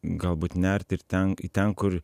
galbūt nert ir ten į ten kur